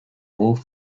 wolf